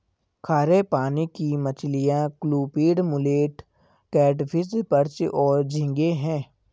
खारे पानी की मछलियाँ क्लूपीड, मुलेट, कैटफ़िश, पर्च और झींगे हैं